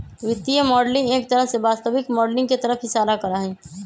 वित्तीय मॉडलिंग एक तरह से वास्तविक माडलिंग के तरफ इशारा करा हई